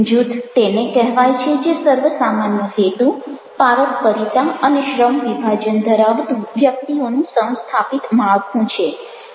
જૂથ તેને કહેવાય છે જે સર્વસામાન્ય હેતુ પારસ્પરિતા અને શ્રમવિભાજન ધરાવતું વ્યક્તિઓનું સંસ્થાપિત માળખું છે